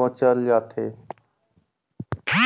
कोचल जाथे